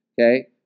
Okay